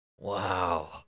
Wow